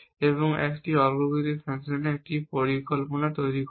এবং একটি অগ্রগতির ফ্যাশনে একটি পরিকল্পনা তৈরি করবে